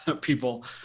people